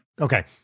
Okay